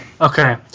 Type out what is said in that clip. Okay